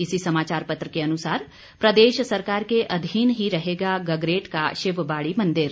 इसी समाचार पत्र के अनुसार प्रदेश सरकार के अधीन ही रहेगा गगरेट का शिवबाड़ी मंदिर